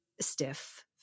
stiff